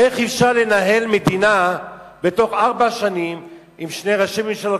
איך אפשר לנהל מדינה בתוך ארבע שנים עם שני ראשי ממשלה,